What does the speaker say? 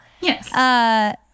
Yes